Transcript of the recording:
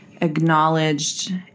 acknowledged